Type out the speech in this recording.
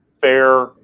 fair